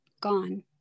gone